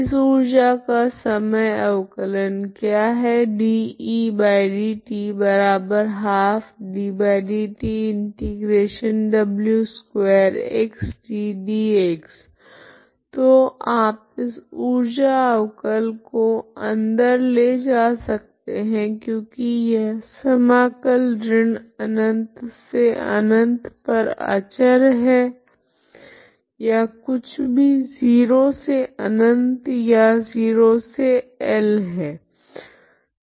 इस ऊर्जा का समय अवकलन क्या है तो आप इस ऊर्जा अवकल को अंदर ले जा सकते है क्योकि यह समाकल ऋण अनंत से अनंत पर अचर है या कुछ भी 0 से अनंत या 0 से L है